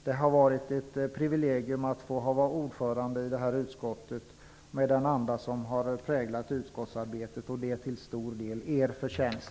Det har varit ett privilegium att vara ordförande i detta utskott, med den anda som präglat utskottsarbetet. Det är till stor del er förtjänst.